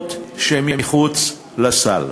התרופות שמחוץ לסל.